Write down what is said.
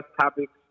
topics